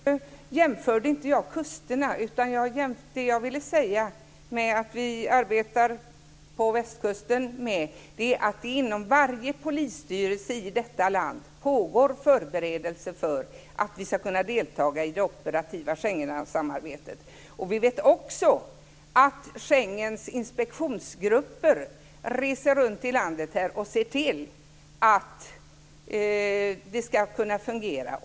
Fru talman! Jag jämförde inte kusterna. Vad jag ville säga med exemplet från västkustens arbete var att det inom varje polisstyrelse i detta land pågår förberedelser för att vi ska kunna delta i det operativa Vi vet också att Schengens inspektionsgrupper reser runt här i landet och ser till att det fungerar.